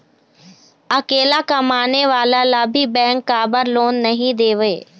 अकेला कमाने वाला ला भी बैंक काबर लोन नहीं देवे?